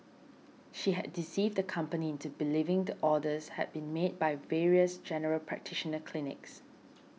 she had deceived the company into believing the orders had been made by various general practitioner clinics